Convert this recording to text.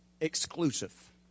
exclusive